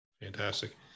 Fantastic